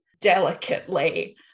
delicately